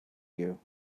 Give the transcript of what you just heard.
you